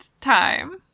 time